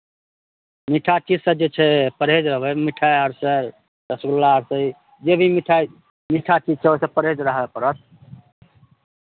मीठा चीजसँ जे छै परहेज रहबै मिठाइ आरसँ रसगुल्ला आरसँ जे भी मिठाइ मीठा चीज छै ओहिसँ परहेज रहय पड़त